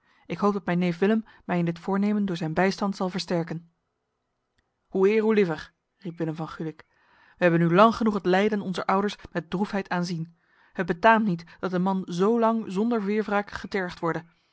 ik hoop dat mijn neef willem mij in dit voornemen door zijn bijstand zal versterken hoe eer hoe liever riep willem van gulik wij hebben nu lang genoeg het lijden onzer ouders met droefheid aanzien het betaamt niet dat een man zo lang zonder weerwraak getergd worde